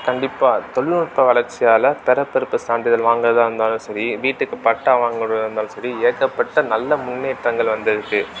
கண்டிப்பாக தொழில்நுட்ப வளர்ச்சியால் பிறப்பு இறப்பு சான்றிதழ் வாங்கிறதா இருந்தாலும் சரி வீட்டுக்கு பட்டா வாங்கிறதா இருந்தாலும் சரி ஏகப்பட்ட நல்ல முன்னேற்றங்கள் வந்திருக்கு